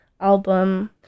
album